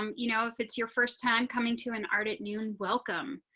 um you know, if it's your first time coming to an art at noon, welcome.